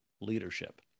leadership